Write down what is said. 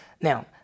Now